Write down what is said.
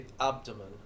abdomen